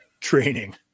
training